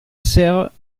serre